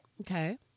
Okay